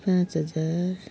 पाँच हजार